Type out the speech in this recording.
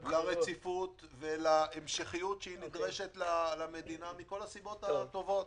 לרציפות ולהמשכיות שנדרשת למדינה מכל הסיבות הטובות.